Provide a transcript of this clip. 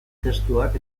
testuak